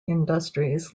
industries